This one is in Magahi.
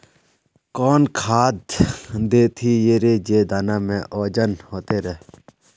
कौन खाद देथियेरे जे दाना में ओजन होते रेह?